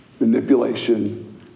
manipulation